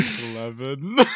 Eleven